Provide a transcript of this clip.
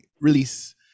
release